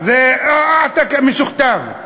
זה, משוכתב.